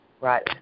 Right